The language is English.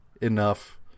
enough